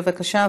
בבקשה,